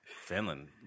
Finland